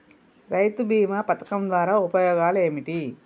రైతు బీమా పథకం ద్వారా ఉపయోగాలు ఏమిటి?